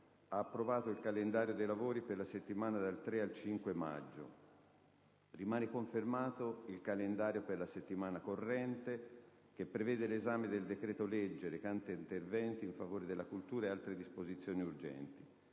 ha approvato il calendario dei lavori per la settimana dal 3 al 5 maggio. Rimane confermato il calendario per la settimana corrente che prevede l'esame del decreto-legge recante interventi in favore della cultura e altre disposizioni urgenti.